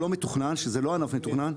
שזה לא ענף מתוכנן,